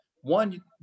one